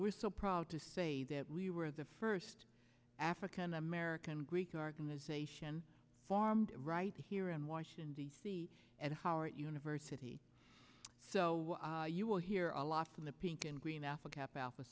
we're so proud to say that we were the first african american greek organization formed right here in washington d c at howard university so you will hear a lot from the pink and green apple kappa alpha